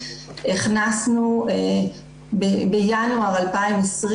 הכנסנו בינואר 2020,